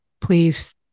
Please